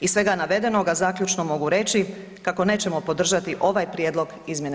Iz svega navedenoga zaključno mogu reći kako nećemo podržati ovaj prijedlog izmjene